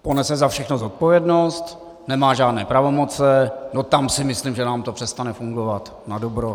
Ponese za všechno zodpovědnost, nemá žádné pravomoci, tam si myslím, že nám to přestane fungovat nadobro.